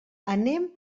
anem